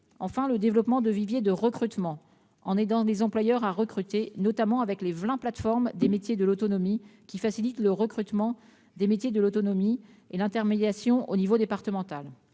le développement de viviers de recrutement en aidant des employeurs à recruter, notamment avec les vingt plateformes des métiers de l'autonomie, qui facilitent le recrutement et l'intermédiation au niveau départemental.